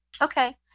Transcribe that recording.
Okay